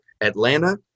Atlanta